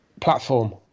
platform